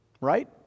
Right